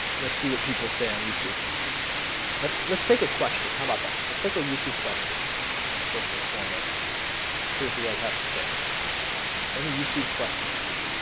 let's see what people say on youtube let's let's take a question how about that? let's take a youtube question first and foremost see what you guys have to say any? youtube questions